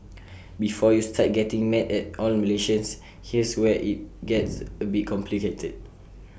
before you start getting mad at all Malaysians here's where IT gets A bit complicated